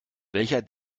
welcher